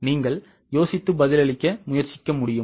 நீங்கள் யோசித்து பதிலளிக்க முயற்சிக்க முடியுமா